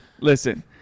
Listen